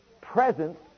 presence